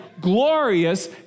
glorious